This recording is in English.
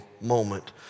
moment